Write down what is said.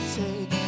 take